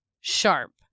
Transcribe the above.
sharp